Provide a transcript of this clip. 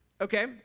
okay